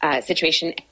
situation